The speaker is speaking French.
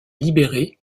libéré